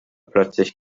plötzlich